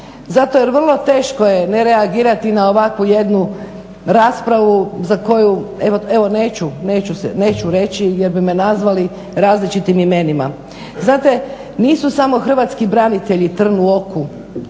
zato jer vrlo teško je ne reagirati na ovakvu jednu raspravu za koju evo neću reći jer bi me nazvali različitim imenima. Znate nisu samo hrvatski branitelji trn u oku